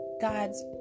God's